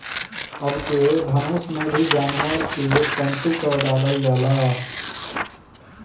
अबके धनुष में भी जानवर के तंतु क डालल जाला